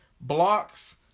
blocks